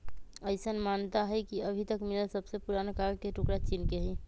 अईसन मानता हई कि अभी तक मिलल सबसे पुरान कागज के टुकरा चीन के हई